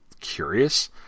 curious